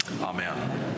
amen